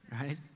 right